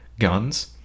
guns